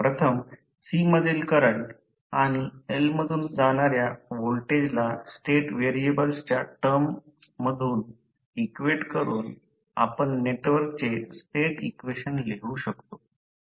प्रथम C मधील current आणि L मधून जाणाऱ्या व्होल्टेजला स्टेट व्हेरिएबल्सच्या टर्म्स मधून इक्वेट करून आपण नेटवर्कचे स्टेट इक्वेशन लिहू शकतो